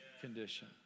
condition